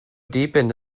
deepened